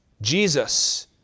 Jesus